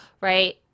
Right